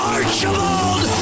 Archibald